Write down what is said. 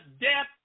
death